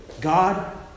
God